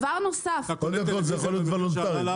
קודם כל, זה יכול להיות וולונטארי.